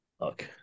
Okay